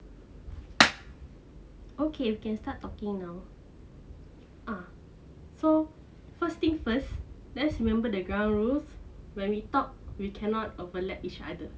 okay we can start talking now ah so first thing first let's remember the ground rules when we talk we cannot overlap each other